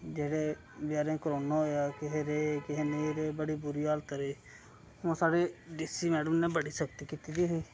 जेह्ड़े बेचारें गी कोरोना होएया किश रेह् किश नेईं रेह् बड़ी बुरी हालत रेही उ'यां साढ़ी डी सी मैडम न बड़ी सख्ती कीती दी ही माहराज